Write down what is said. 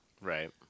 Right